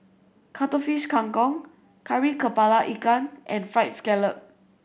Cuttlefish Kang Kong Kari Kepala Ikan and Fried Scallop